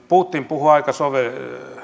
putin puhui aika